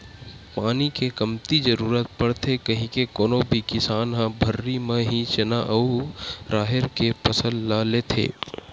पानी के कमती जरुरत पड़थे कहिके कोनो भी किसान ह भर्री म ही चना अउ राहेर के फसल ल लेथे